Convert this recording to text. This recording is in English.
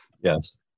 Yes